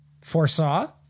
foresaw